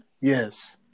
Yes